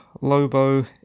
Lobo